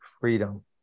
freedom